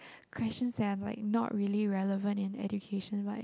questions that are like not really relevant in education like